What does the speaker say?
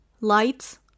lights